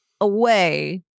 away